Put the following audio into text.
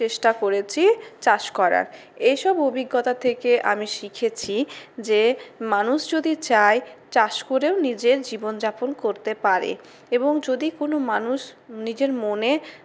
চেষ্টা করেছি চাষ করার এইসব অভিজ্ঞতা থেকে আমি শিখেছি যে মানুষ যদি চায় চাষ করেও নিজের জীবনযাপন করতে পারে এবং যদি কোনো মানুষ নিজের মনে